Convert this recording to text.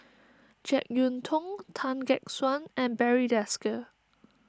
Jek Yeun Thong Tan Gek Suan and Barry Desker